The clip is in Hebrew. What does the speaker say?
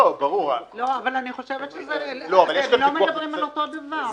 אבל אני חושבת שאתם לא מדברים על אותו דבר.